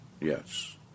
Yes